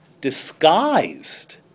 disguised